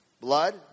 Blood